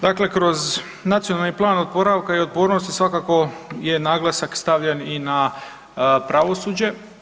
Dakle, kroz Nacionalni plan oporavka i otpornosti svakako je naglasak stavljen i na pravosuđe.